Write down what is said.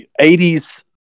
80s